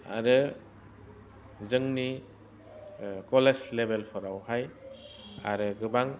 आरो जोंनि क'लेज लेभेलफोरावहाय आरो गोबां